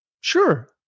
sure